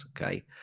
Okay